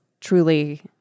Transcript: truly